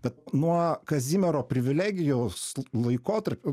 bet nuo kazimiero privilegijos laikotarpiu